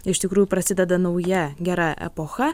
iš tikrųjų prasideda nauja gera epocha